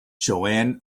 joanne